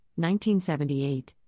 1978